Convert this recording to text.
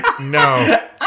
no